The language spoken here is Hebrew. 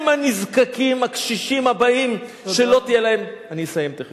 הם הנזקקים, הקשישים הבאים שלא תהיה להם, תודה